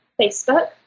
Facebook